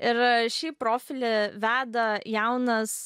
ir šį profilį veda jaunas